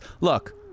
Look